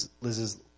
Liz's